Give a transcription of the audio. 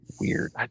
Weird